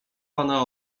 pana